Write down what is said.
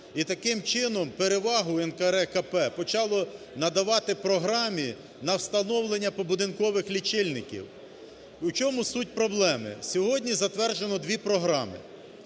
І таким чином перевагу НКРЕКП почало надавати програмі на встановлення побудинкових лічильників. У чому суть проблеми? Сьогодні затверджено дві програми.